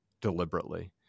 deliberately